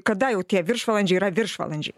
kada jau tie viršvalandžiai yra viršvalandžiai